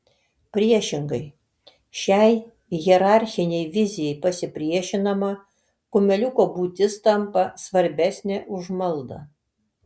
priešingai šiai hierarchinei vizijai pasipriešinama kumeliuko būtis tampa svarbesnė už maldą